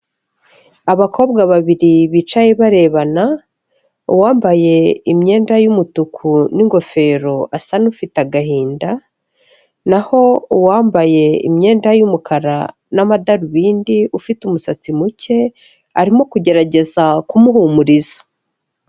Abakobwa babiri bicaye barebana, uwambaye imyenda y'umutuku n'ingofero asa n'ufite agahinda, naho uwambaye imyenda y'umukara n'amadarubindi ufite umusatsi muke arimo kugerageza kumuhumuriza.